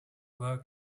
were